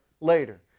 later